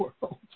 world